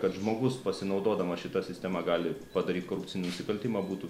kad žmogus pasinaudodamas šita sistema gali padaryti korupcinį nusikaltimą būtų